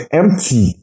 empty